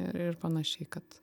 ir ir panašiai kad